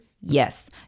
Yes